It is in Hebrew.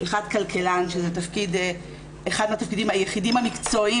אחד הוא כלכלן שהוא אחד מהתפקידים המקצועיים